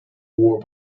war